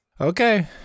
Okay